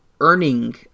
earning